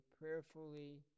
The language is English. prayerfully